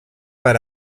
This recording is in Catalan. per